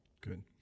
Good